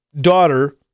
daughter